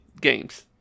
games